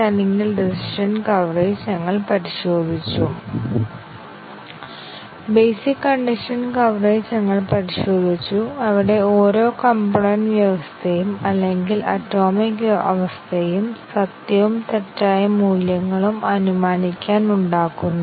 അതിനാൽ ഒരു selection statement തികച്ചും അവബോധജന്യമാണ് അതിനനുസൃതമായ CGF നമുക്ക് എളുപ്പത്തിൽ വരയ്ക്കാൻ കഴിയും പക്ഷേ അല്പം സങ്കീർണ്ണമായതോ അല്ലെങ്കിൽ കുറച്ച് മനസ്സിലാക്കൽ ആവശ്യമുള്ളതോ ഐടെറേഷൻ ആണ്